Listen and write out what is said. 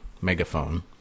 megaphone